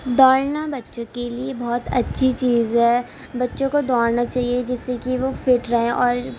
دوڑنا بچوں کے لیے بہت اچھی چیز ہے بچوں کو دوڑنا چاہیے جس سے کہ وہ فٹ رہیں اور